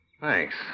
Thanks